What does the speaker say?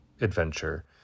adventure